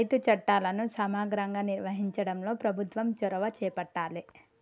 రైతు చట్టాలను సమగ్రంగా నిర్వహించడంలో ప్రభుత్వం చొరవ చేపట్టాలె